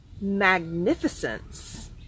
magnificence